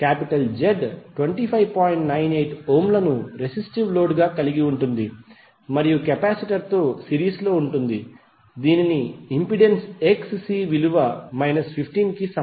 98 ఓంలను resistive load గా కలిగి ఉంటుంది మరియు కెపాసిటర్తో సిరీస్లో ఉంటుంది దీని ఇంపెడెన్స్ Xc విలువ 15 కి సమానం